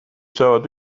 saavad